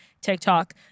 tiktok